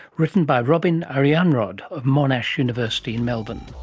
written by robyn arianrhod of monash university in melbourne.